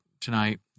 tonight